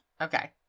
Okay